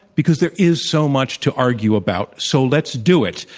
because there is so much to argue about. so, let's do it.